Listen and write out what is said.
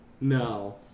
No